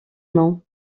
nom